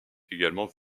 également